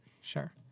Sure